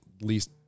least